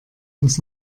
uns